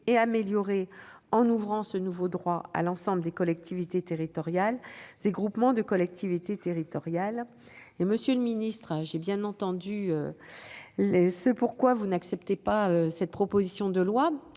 et améliorée en ouvrant ce nouveau droit à l'ensemble des collectivités territoriales et des groupements de collectivités territoriales. Monsieur le secrétaire d'État, j'ai bien entendu les raisons pour lesquelles vous n'acceptez pas cette proposition de loi.